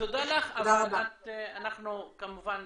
תודה לך, אנחנו כמובן